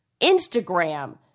Instagram